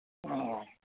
অ'